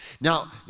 Now